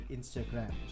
Instagram